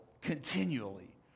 continually